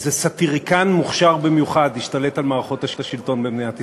שאיזה סטיריקן מוכשר במיוחד השתלט על מערכות השלטון במדינת ישראל.